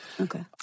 Okay